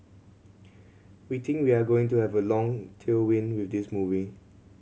we think we are going to have a long tailwind with this movie